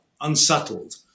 unsettled